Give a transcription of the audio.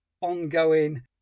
ongoing